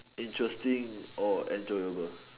interesting or enjoyable